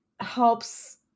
Helps